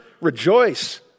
rejoice